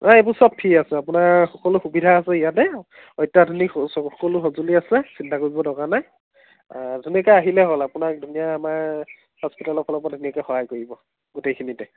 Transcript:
অঁ এইবোৰ চব ফ্ৰী আছে আপোনাৰ সকলো সুবিধা আছে ইয়াতে অত্যাধুনিক সকলো সঁজুলি আছে চিন্তা কৰিব দৰকাৰ নাই ধুনীয়াকৈ আহিলে হ'ল আৰু আপোনাক ধুনীয়া আমাৰ হস্পিতালৰ ফালৰপৰা ধুনীয়াকৈ সহায় কৰিব গোটেইখিনিতে